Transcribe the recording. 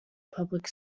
public